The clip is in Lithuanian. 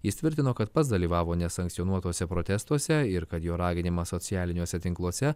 jis tvirtino kad pats dalyvavo nesankcionuotuose protestuose ir kad jo raginimas socialiniuose tinkluose